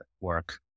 work